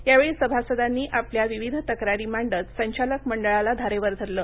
यावेळी सभासदांनी आपल्या विविध तक्रारी मांडत संचालक मंडळाला धारेवर धरलं